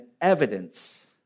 evidence